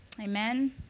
Amen